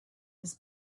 his